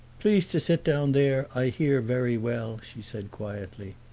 please to sit down there. i hear very well, she said quietly,